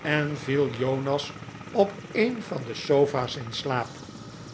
en viel jonas op een van de sofa's in slaap